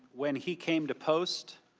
when he came to post,